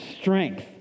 strength